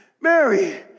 Mary